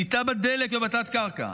שליטה בדלק ובתת-קרקע,